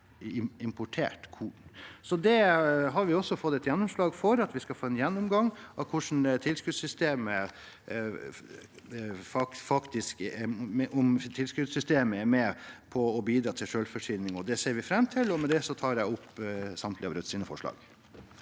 Vi har også fått gjennomslag for at vi skal få en gjennomgang av om tilskuddssystemet faktisk er med på å bidra til selvforsyning. Det ser vi fram til. Med det tar jeg opp resten av forslagene